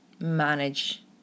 manage